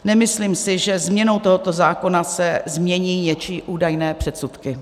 Nemyslím si, že změnou tohoto zákona se změní něčí údajné předsudky.